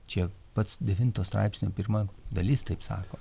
čia pats devinto straipsnio pirma dalis taip sako